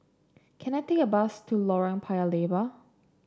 can I take a bus to Lorong Paya Lebar